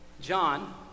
John